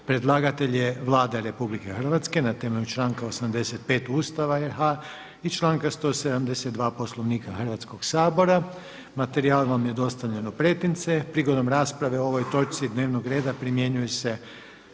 Predlagatelj je Vlada RH na temelju članka 85. Ustava RH i članka 172. Poslovnika Hrvatskog sabora. Materijal vam je dostavljen u pretince. Prigodom rasprave o ovoj točci dnevnog reda primjenjuju se